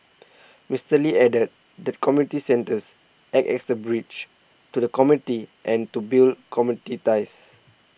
Mister Lee added that community centres act as a bridge to the community and to build community ties